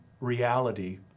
reality